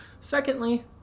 Secondly